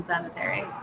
sanitary